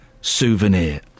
souvenir